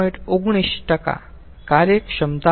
19 કાર્યક્ષમતા હશે